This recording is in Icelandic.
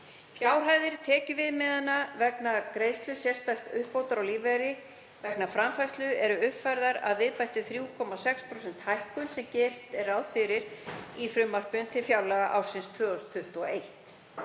Fjárhæðir tekjuviðmiða vegna greiðslu sérstakrar uppbótar á lífeyri vegna framfærslu eru uppfærðar að viðbættri 3,6% hækkun sem gert er ráð fyrir í frumvarpi til fjárlaga ársins 2021.